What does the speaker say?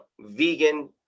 vegan